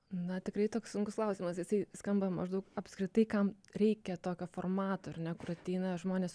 na tikrai toks sunkus klausimas jisai skamba maždaug apskritai kam reikia tokio formato ar ne kur ateina žmonės